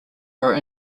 were